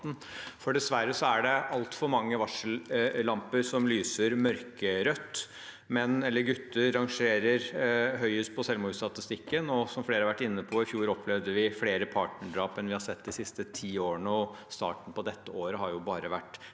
er dessverre altfor mange varsellamper som lyser mørkerødt. Menn, eller gutter, rangerer høyest på selvmordsstatistikken, og som flere har vært inne på, opplevde vi i fjor flere partnerdrap enn vi har sett de siste ti årene. Starten på dette året har jo bare vært